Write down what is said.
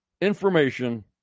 information